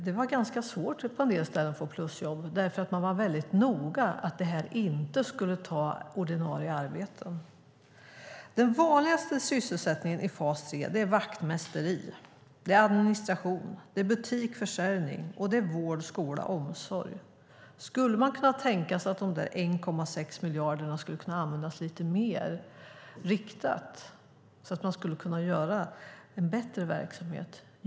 Det var ganska svårt på en del ställen att få plusjobb, för man var väldigt noga med att detta inte skulle ta ordinarie arbeten. Den vanligaste sysselsättningen i fas 3 är vaktmästeri, administration, butik och försäljning samt vård, skola och omsorg. Skulle man kunna tänka sig att de där 1,6 miljarderna skulle kunna användas lite mer riktat, så att man kan göra en bättre verksamhet?